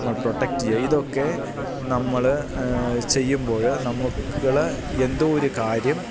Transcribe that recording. നമ്മൾ പ്രൊട്ടക്റ്റെയ്യുക ഇതൊക്കെ നമ്മള് ചെയ്യുമ്പോള് നമുക്ക് എന്തോ ഒരു കാര്യം